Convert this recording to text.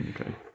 Okay